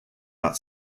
not